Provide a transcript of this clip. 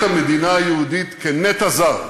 סליחה, אז אני אגיד לך תודה,